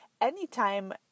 anytime